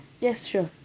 yes true